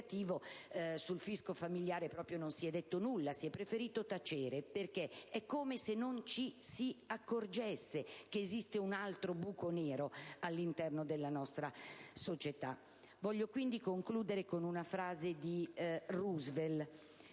sul fisco familiare proprio non si è detto nulla. Si è preferito tacere perché è come se non ci si accorgesse che esiste un altro buco nero all'interno della nostra società. Vorrei concludere con una frase di Eleanor